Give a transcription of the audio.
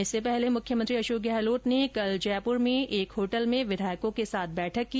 इससे पहले मुख्यमंत्री अशोक गहलोत ने कल जयपुर के एक होटल में विधायकों के साथ बैठक की